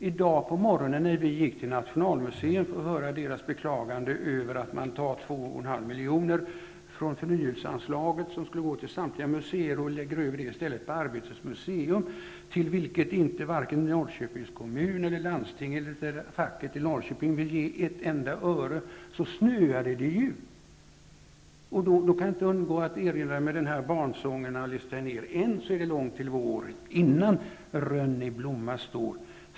I dag på morgonen när vi gick till Nationalmuseum för att höra deras beklagande över att man tar 2,5 miljoner från förnyelseanslaget som skulle gå till samtliga museer och i stället lägger dem på Arbetets museum, till vilket varken Norrköpings kommun eller landstinget eller facket i Norrköping vill ge ett enda öre, så snöade det ju! Då kunde jag inte undgå att erinra mig barnsången av Alice Tegnér: Än så är det långt till vår innan rönn i blomma står.